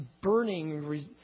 burning